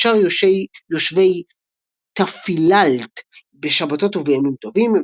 ושאר יושבי תאפילאלת בשבתות ובימים טובים,